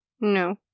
No